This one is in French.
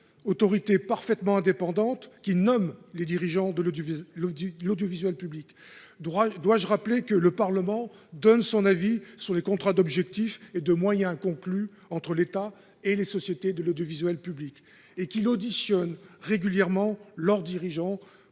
autorité parfaitement indépendante, qui nomme les dirigeants de l'audiovisuel public ? Dois-je rappeler que le Parlement donne son avis sur les contrats d'objectifs et de moyens conclus entre l'État et les sociétés de l'audiovisuel public, et qu'il auditionne régulièrement leurs dirigeants